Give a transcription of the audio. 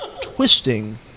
twisting